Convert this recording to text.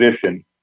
position